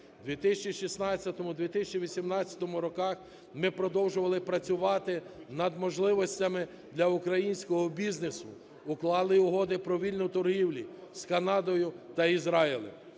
У 2016-2018 роках ми продовжували працювати над можливостями для українського бізнесу, уклали угоди про вільну торгівлю з Канадою та Ізраїлем.